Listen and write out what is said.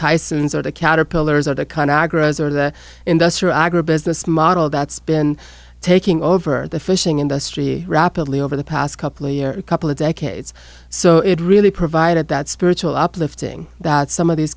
tysons or the caterpillars or the kind aggros or the industrial agribusiness model that's been taking over the fishing industry rapidly over the past couple of years a couple of decades so it really provided that spiritual uplifting that some of these